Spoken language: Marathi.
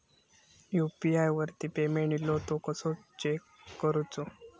यू.पी.आय वरती पेमेंट इलो तो कसो चेक करुचो?